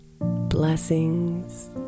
blessings